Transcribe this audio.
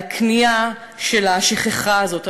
על הקנייה של השכחה הזאת,